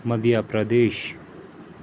Madhya Pradesh